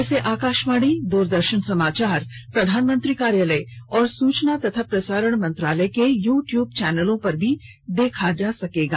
इसे आकाशवाणी दूरदर्शन समाचार प्रधानमंत्री कार्यालय और सूचना और प्रसारण मंत्रालय के यू ट्यूब चैनलों पर भी देखा जा सकेगा